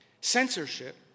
Censorship